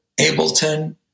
Ableton